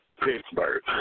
Pittsburgh